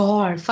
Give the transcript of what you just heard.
God